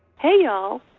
hey, y'all.